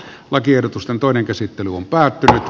lakiehdotusten toinen käsittely on päättynyt